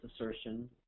assertion